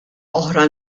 oħra